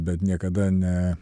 bet niekada ne